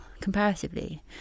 comparatively